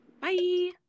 bye